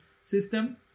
system